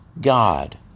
God